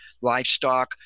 livestock